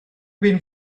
been